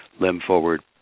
limb-forward